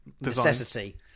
necessity